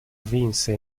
vinse